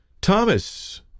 Thomas